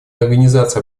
организацией